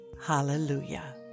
Hallelujah